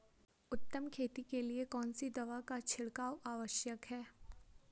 उत्तम खेती के लिए कौन सी दवा का छिड़काव आवश्यक है?